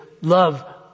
love